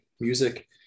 music